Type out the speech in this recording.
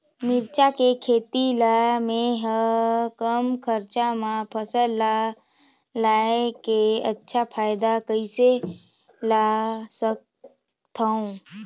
मिरचा के खेती ला मै ह कम खरचा मा फसल ला लगई के अच्छा फायदा कइसे ला सकथव?